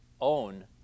own